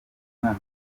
mwana